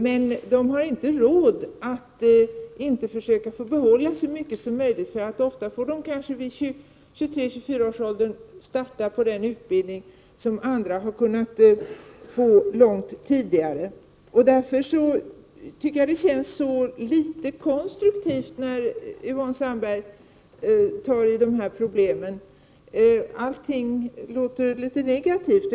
Men de har inte råd att avstå från att försöka få behålla så mycket som möjligt av sina inkomster. Ofta får ju idrottsmännen påbörja sin utbildning först vid 23-24 års ålder — en utbildning som andra har kunnat skaffa sig långt tidigare. Mot den bakgrunden verkar Yvonne Sandberg-Fries inte hantera dessa problem särskilt konstruktivt. Allting verkar vara så negativt.